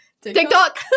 tiktok